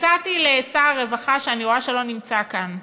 הצעתי לשר הרווחה, שאני רואה שהוא לא נמצא כאן: